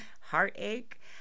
heartache